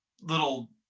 little